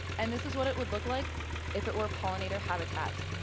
and this is what it would look like if it were pollinator habitat.